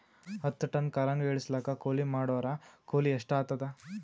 ಹತ್ತ ಟನ್ ಕಲ್ಲಂಗಡಿ ಇಳಿಸಲಾಕ ಕೂಲಿ ಮಾಡೊರ ಕೂಲಿ ಎಷ್ಟಾತಾದ?